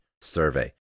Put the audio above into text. survey